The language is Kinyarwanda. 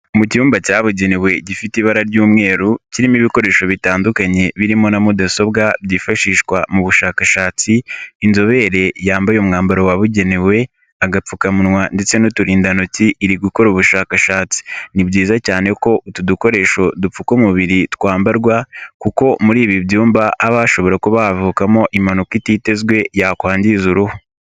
Mu cyumba cyabugenewe gifite ibara ry'umweru kirimo ibikoresho bitandukanye birimo na mudasobwa byifashishwa mu bushakashatsi, inzobere yambaye umwambaro wabugenewe, agapfukamunwa ndetse n'uturindantoki iri gukora ubushakashatsi, ni byiza cyane ko utu dukoresho dupfuka umubiri twambarwa kuko muri ibi byumba haba hashobora kuba havukamo impanuka ititezwe yakwangiza uruhu.